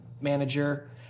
manager